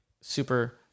super